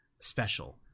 special